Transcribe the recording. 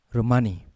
Romani